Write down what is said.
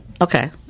Okay